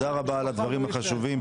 תודה רבה פרופ' על הדברים החשובים,